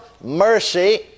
mercy